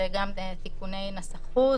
יש תיקוני נסחות,